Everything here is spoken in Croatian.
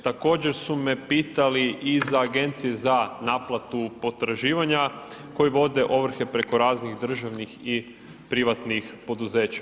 Također su me pitali i iz Agencije za naplatu potraživanja koja vode ovrhe preko raznih državnih i privatnih poduzeća.